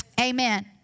Amen